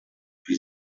wie